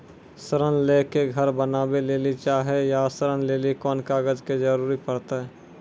ऋण ले के घर बनावे लेली चाहे या ऋण लेली कोन कागज के जरूरी परतै?